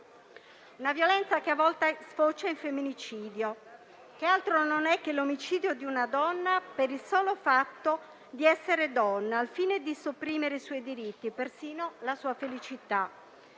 la violenza, che a volte sfocia in femminicidio, che altro non è che l'omicidio di una donna per il solo fatto di essere donna, al fine di sopprimere i suoi diritti, perfino la sua felicità.